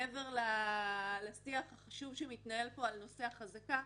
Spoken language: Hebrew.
מעבר לשיח החשוב שמתנהל פה על נושא החזקה,